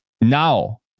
now